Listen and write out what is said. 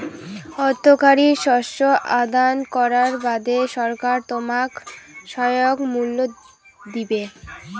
অর্থকরী শস্য আবাদ করার বাদে সরকার তোমাক সহায়ক মূল্য দিবে